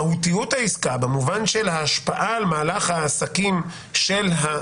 מהותיות העסקה במובן של ההשפעה על מהלך העסקים של החברה,